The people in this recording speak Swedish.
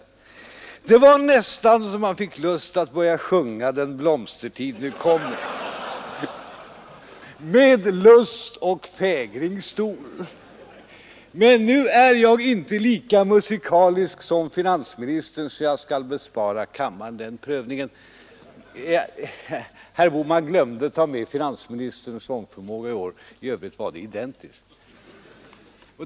Det var nästan så att man fick lust att börja sjunga ”Den blomstertid nu kommer med lust och fägring stor” — men nu är jag inte lika musikalisk som finansministern, så jag skall bespara kammaren den prövningen.” Herr Bohman glömde ta med finansministerns sångförmåga i år — i övrigt var det identiskt.